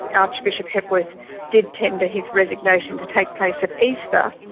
but archbishop hepworth did tender his resignation to take place at easter,